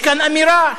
יש כאן אמירה,